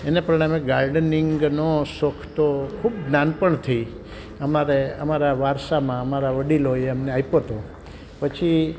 એને પરિણામે ગાર્ડનિંગનો શોખ તો ખૂબ નાનપણથી અમારે અમારા વારસામાં અમારા વડીલોએ અમને આપ્યો હતો પછી